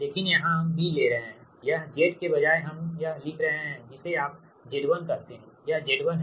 लेकिन यहाँ हम B ले रहे हैयह Z के बजाय हम यह लिख रहे हैं जिसे आप Z1 कहते हैं यह Z1 है